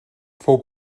fou